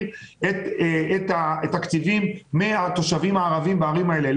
את התקציבים מהתושבים הערבים בערים האלה.